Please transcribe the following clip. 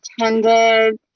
attended